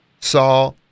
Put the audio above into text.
saw